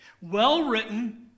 well-written